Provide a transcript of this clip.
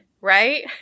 right